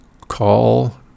call